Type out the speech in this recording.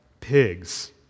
Pigs